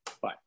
Bye